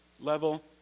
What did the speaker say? level